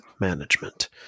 management